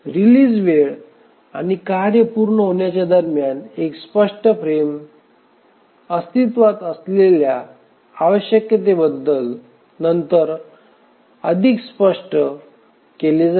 release वेळ आणि कार्य पूर्ण होण्याच्या दरम्यान एक स्पष्ट फ्रेम अस्तित्त्वात असलेल्या आवश्यकतेबद्दल नंतर स्पष्ट केले जाईल